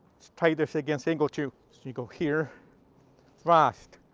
let's try this against angle two. so you go here thrust,